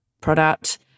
product